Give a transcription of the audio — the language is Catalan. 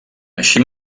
així